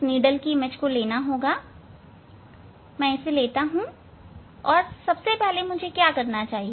मैं सुई प्रतिबिंब को लेता हूं और सबसे पहले मुझे क्या करना चाहिए